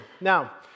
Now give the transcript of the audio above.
Now